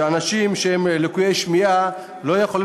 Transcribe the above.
שאנשים שהם לקויי שמיעה לא יכולים